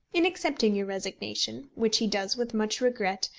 in accepting your resignation, which he does with much regret,